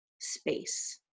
space